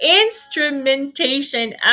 instrumentation